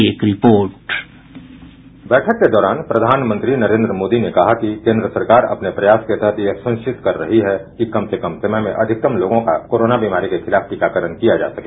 एक report bite बैठक के दौरान प्रधानमंत्री नरेन्द्र मोदी ने कहा कि केन्द्र सरकार अपने प्रयास के प्रति यह सुनिश्चित कर रही है कि कम से कम समय में अधिकतम लोगों का कोरोना बीमारी के खिलाफ टीकाकरण किया जा सके